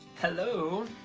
hello,